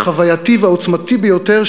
החווייתי והעוצמתי ביותר,